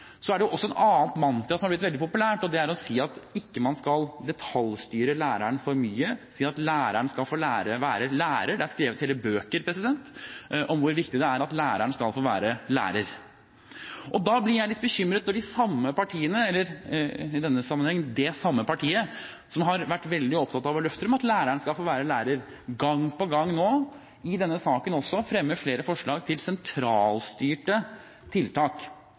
er det et annet mantra som har blitt veldig populært, og det er å si at man ikke skal detaljstyre læreren for mye, si at læreren skal få være lærer. Det er skrevet hele bøker om hvor viktig det er at læreren skal få være lærer. Da blir jeg litt bekymret når de samme partiene – eller i denne sammenheng: det samme partiet – som har vært veldig opptatt av å løfte frem at læreren skal få være lærer, gang på gang nå i denne saken fremmer flere forslag til sentralt styrte tiltak.